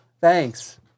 Thanks